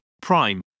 Prime